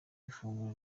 ifunguro